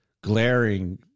glaring –